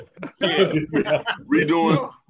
Redoing